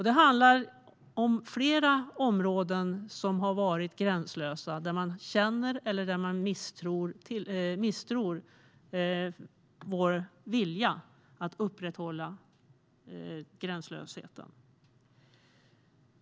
Det handlar om flera områden som har varit gränslösa där man känner eller misstror vår vilja att upprätthålla gränslösheten.